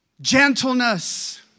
gentleness